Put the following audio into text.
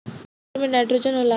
टमाटर मे नाइट्रोजन होला?